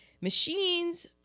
Machines